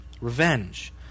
revenge